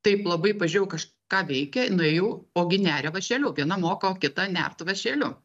taip labai pažiūrėjau kažką veikia nuėjau ogi neria vašeliu viena moko kitą nert vašeliu